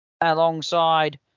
alongside